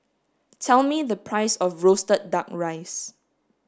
tell me the price of roasted duck rice